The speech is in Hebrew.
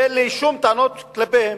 ואין לי שום טענות כלפיהם,